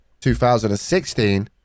2016